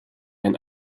ein